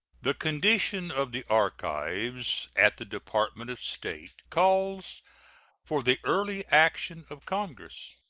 the condition of the archives at the department of state calls for the early action of congress.